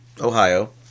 Ohio